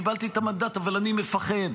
קיבלתי את המנדט אבל אני מפחד.